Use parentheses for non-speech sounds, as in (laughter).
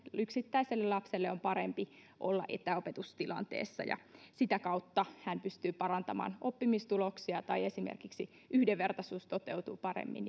yksittäiselle lapselle on parempi olla etäopetustilanteessa ja että sitä kautta hän pystyy parantamaan oppimistuloksia tai että esimerkiksi yhdenvertaisuus toteutuu paremmin (unintelligible)